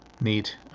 Neat